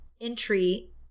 entry